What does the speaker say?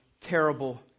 terrible